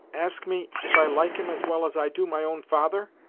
ask me, if i like him as well as i do my own father!